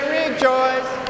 rejoice